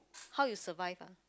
how you survive ah